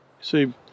See